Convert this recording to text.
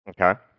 Okay